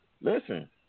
Listen